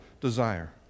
desire